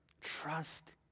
Trust